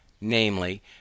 namely